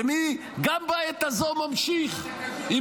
ומי גם בעת הזו ממשיך -- מה זה קשור לחוקי-יסוד?